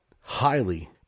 highly